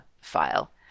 file